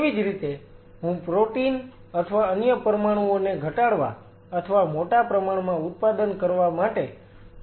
તેવી જ રીતે હું પ્રોટીન અથવા અન્ય પરમાણુઓને ઘટાડવા અથવા મોટા પ્રમાણમાં ઉત્પાદન કરવા માટે પ્રાણીજ સેલ નો ઉપયોગ કરી શકું છું